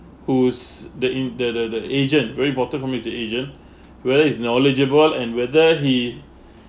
who's the in the the the agent very important for me is the agent whether is knowledgeable and whether he